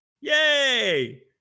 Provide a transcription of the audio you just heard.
Yay